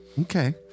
okay